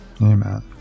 Amen